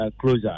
closure